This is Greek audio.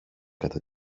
κατά